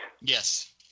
Yes